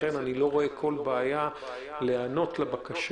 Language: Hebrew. לכן אני לא רואה כל בעיה להיענות לבקשה